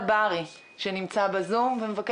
מאגרי מים משמשים לרוב ללינה של ציפורים נודדות או מקומיות או